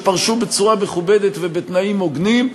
פרשו בצורה מכובדת ובתנאים הוגנים,